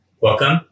Welcome